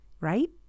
right